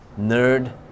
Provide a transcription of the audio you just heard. nerd